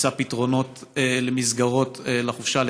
נמצא פתרונות למסגרות לחופשה,